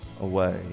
away